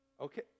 Okay